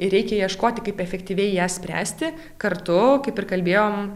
ir reikia ieškoti kaip efektyviai ją spręsti kartu kaip ir kalbėjom